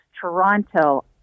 Toronto